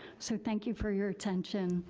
so thank you for your attention.